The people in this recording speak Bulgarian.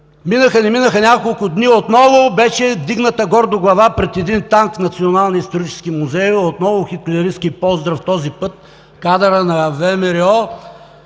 Минаха не минаха няколко дни и отново беше вдигната гордо глава пред един танк в Националния исторически музей, отново с хитлеристки поздрав. Този път кадър на ВМРО.